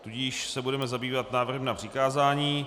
Tudíž se budeme zabývat návrhem na přikázání.